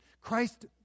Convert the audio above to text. Christ